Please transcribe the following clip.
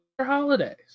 holidays